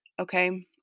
Okay